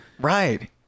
Right